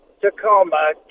Tacoma